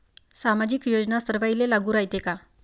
सामाजिक योजना सर्वाईले लागू रायते काय?